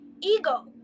ego